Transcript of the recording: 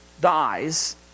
dies